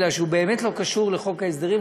בגלל שהוא באמת לא קשור לחוק ההסדרים,